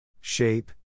shape